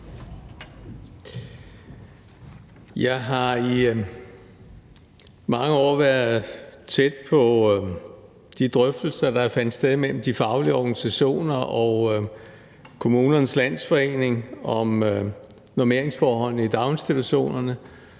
Jeg har i mange år været tæt på de drøftelser, der fandt sted mellem de faglige organisationer og Kommunernes Landsforening om normeringsforholdene i daginstitutionerne,